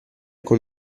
con